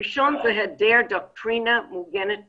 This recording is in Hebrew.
הראשון זה היעדר דוקטרינה מעוגנת בחוק.